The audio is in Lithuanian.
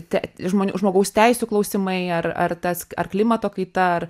te žmonių žmogaus teisių klausimai ar ar tas ar klimato kaita ar